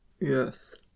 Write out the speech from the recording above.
Yes